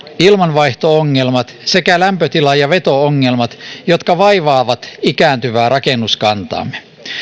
ilmanvaihto ongelmat sekä lämpötila ja veto ongelmat jotka vaivaavat ikääntyvää rakennuskantaamme